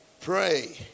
Pray